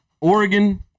Oregon